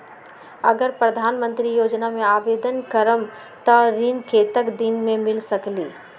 अगर प्रधानमंत्री योजना में आवेदन करम त ऋण कतेक दिन मे मिल सकेली?